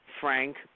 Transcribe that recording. Frank